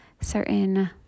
Certain